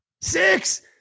Six